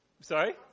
Sorry